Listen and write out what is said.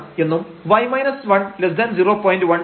1 എന്നും y 1 0